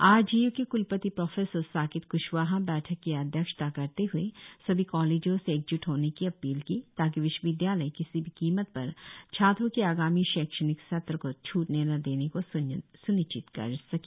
are जी य् के क्लपति प्रोफेसर साकेत ख्शवाहा बैठक की अध्यक्षता करते हुए सभी कॉलेजो से एक जूट होने की अपील की ताकि विश्वविद्यालय किसी भी किमत पर छात्रों की आगामी शैक्षणिक सत्र को छ्टने न देने को स्निश्चित कर सके